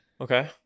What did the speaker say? Okay